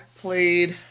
played